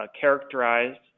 characterized